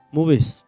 Movies